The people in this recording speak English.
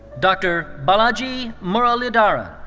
dr. balaji muralidharan.